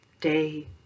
day